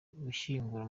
gushyingura